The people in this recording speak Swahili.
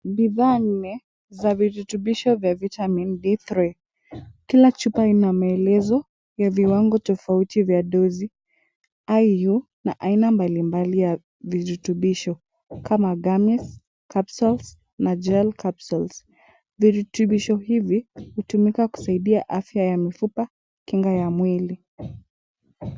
Bidhaa nne za virutubisho vya vitsmin D-3. Kila chupa ina maelezo ya viwango tofauti vya dozi IU na aina mbali mbali ya virutubisho kama gummies, capsules na gel capsules . Virutubisho hivi hutumika kusaidia afya ya mifupa, kinga ya mwili.